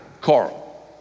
Carl